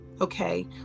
Okay